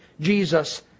Jesus